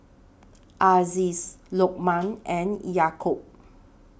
Aziz Lokman and Yaakob